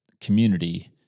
community